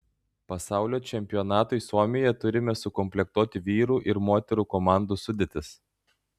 pasaulio čempionatui suomijoje turime sukomplektuoti vyrų ir moterų komandų sudėtis